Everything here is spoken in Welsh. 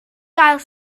gael